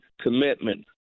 commitment